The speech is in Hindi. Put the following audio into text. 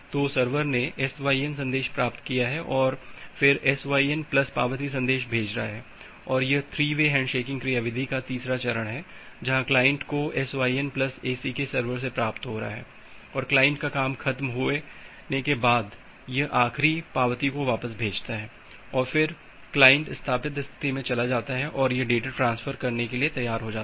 तो सर्वर ने SYN संदेश प्राप्त किया है और फिर SYN प्लस पावती संदेश भेज रहा है और यह 3 वे हैंडशेकिंग क्रियाविधि का तीसरा चरण है जहां क्लाइंट को SYN प्लस ACK सर्वर से प्राप्त हो रहा है और क्लाइंट का काम ख़त्म होए के बाद यह आख़िरी पावती को वापस भेजता और फिर क्लाइंट स्थापित स्थिति में चला जाता है और यह डेटा ट्रांसफर के लिए तैयार जाता है